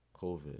COVID